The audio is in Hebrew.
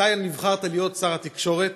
כשאתה נבחרת להיות שר התקשורת,